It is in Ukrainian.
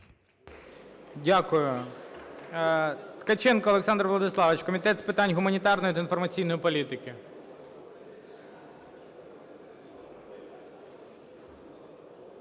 Дякую. Ткаченко Олександр Владиславович, Комітет з питань гуманітарної та інформаційної політики.